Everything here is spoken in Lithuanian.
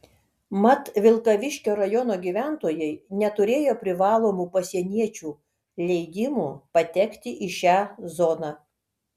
mat vilkaviškio rajono gyventojai neturėjo privalomų pasieniečių leidimų patekti į šią zoną